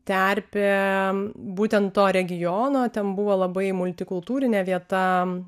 terpė būtent to regiono ten buvo labai multikultūrinė vieta